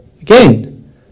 Again